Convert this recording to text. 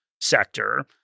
sector